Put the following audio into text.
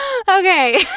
Okay